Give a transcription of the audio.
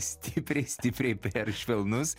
stipriai stipriai per švelnus